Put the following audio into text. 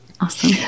Awesome